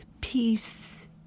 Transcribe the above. Peace